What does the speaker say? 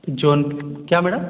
जौन क्या मैडम